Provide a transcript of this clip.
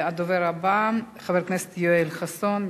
הדובר הבא, חבר הכנסת יואל חסון מקדימה.